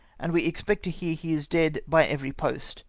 and we expect to hear he is dead by every post